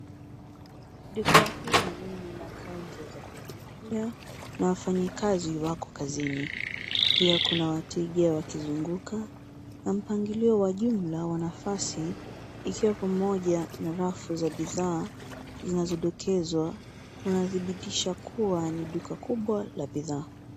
Duka hili lina counter za kulipia, na wafanyika wako kazini. Pia kuna wateja wakizunguka, na mpangilio wa jumla wa nafasi, ikiwa pamoja na rafu za bidhaa zinazodokezwa, unadhibitisha kua ni duka kubwa la bidhaa.